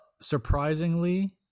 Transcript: surprisingly